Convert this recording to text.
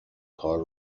کار